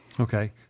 Okay